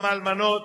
גם האלמנות,